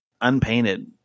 unpainted